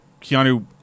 Keanu